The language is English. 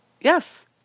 yes